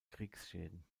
kriegsschäden